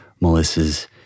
Melissa's